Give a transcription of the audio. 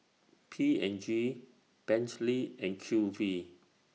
P and G Bentley and Q V